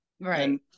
Right